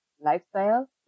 lifestyle